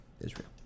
Israel